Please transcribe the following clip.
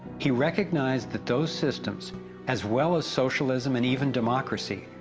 he recognised, that those systems as well as socialism and even democracy,